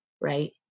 right